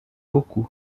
beaucoup